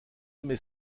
mes